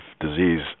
disease